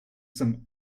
some